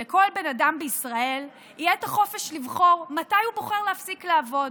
שלכל בן אדם בישראל יהיה את החופש לבחור מתי הוא בוחר להפסיק לעבוד.